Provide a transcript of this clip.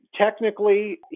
Technically